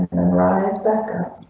memorize becker.